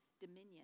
dominion